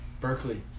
Berkeley